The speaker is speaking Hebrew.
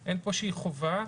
חובה.